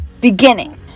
Beginning